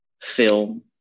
film